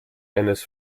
eines